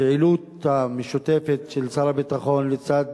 הפעילות המשותפת של שר הביטחון לצד